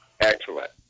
Excellent